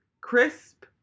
Crisp